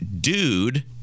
dude